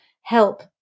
help